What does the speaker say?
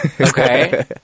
Okay